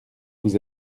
vous